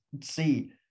see